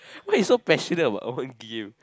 why you so passionate about own game